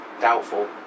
Doubtful